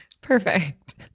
perfect